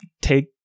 take